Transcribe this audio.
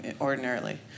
ordinarily